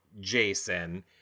Jason